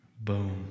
boom